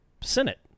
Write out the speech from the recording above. Senate